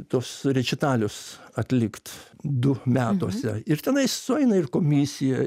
tuos rečitalius atlikt du metuose ir tenai sueina ir komisija